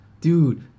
dude